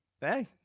Hey